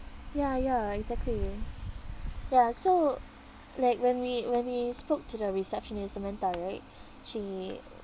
ya ya exactly ya so like when we when we spoke to the receptionist samantha right she